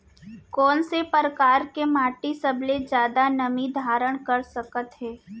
कोन से परकार के माटी सबले जादा नमी धारण कर सकत हे?